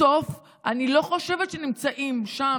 בסוף אני לא חושבת שנמצאים שם,